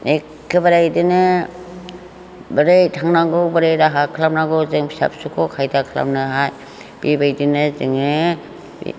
एखेबारे बिदिनो बोरै थांनांगौ बोरै राहा खालामनांगौ जों फिसा फिसौखौ खायदा खालामनोहाय बेबायदिनो जोंङो